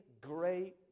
great